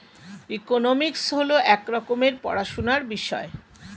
economics হল এক রকমের পড়াশোনার বিষয়